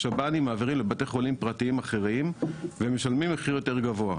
השב"נים מעבירים לבתי חולים פרטיים אחרים ומשלמים מחיר יותר גבוה.